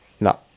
No